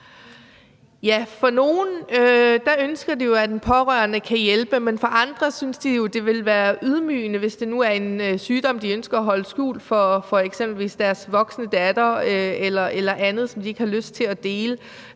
(SF): Nogle ønsker, at den pårørende kan hjælpe, men andre synes jo, det ville være ydmygende, hvis nu det er en sygdom, de ønsker at holde skjult for eksempelvis deres voksne datter, eller andet, som de ikke har lyst til at dele.